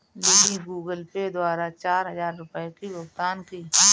lily Google Pay द्वारा चार हजार रुपए की भुगतान की